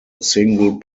single